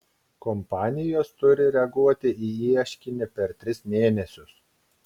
kompanijos turi reaguoti į ieškinį per tris mėnesius